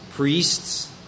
priests